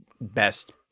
best